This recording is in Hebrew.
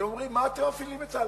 אתם אומרים: מה אתם מפעילים את צה"ל?